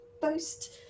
boast